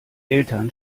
eltern